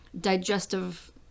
digestive